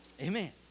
Amen